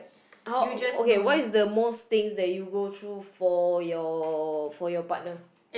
oh okay what is the most things that you go through for your for your partner